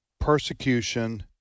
persecution